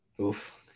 Oof